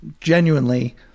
genuinely